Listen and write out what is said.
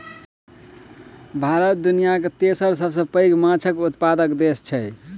भारत दुनियाक तेसर सबसे पैघ माछक उत्पादक देस छै